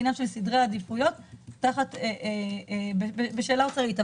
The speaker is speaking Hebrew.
זה עניין של סדרי עדיפויות בשאלה אוצרית.